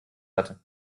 hatte